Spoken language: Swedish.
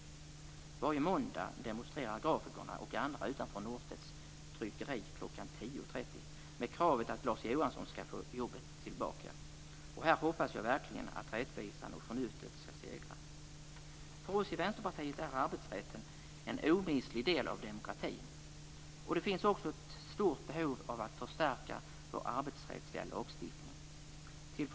Varje måndag demonstrerar grafikerna och andra utanför Norstedts tryckeri kl. 10.30 med kravet att Lars Johansson skall få jobbet tillbaka. Och här hoppas jag verkligen att rättvisan och förnuftet skall segra. För oss i Vänsterpartiet är arbetsrätten en omistlig del av demokratin. Det finns också ett stort behov av att förstärka vår arbetsrättsliga lagstiftning.